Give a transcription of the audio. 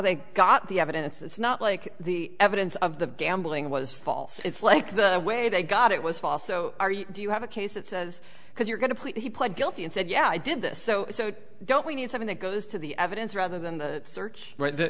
they got the evidence it's not like the evidence of the gambling was false it's like the way they got it was false so do you have a case that says because you're going to plead he pled guilty and said yeah i did this so don't we need something that goes to the evidence rather than the search or the